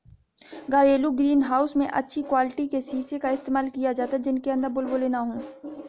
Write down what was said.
घरेलू greenhouse में अच्छी क्वालिटी के शीशे का इस्तेमाल किया जाता है जिनके अंदर बुलबुले ना हो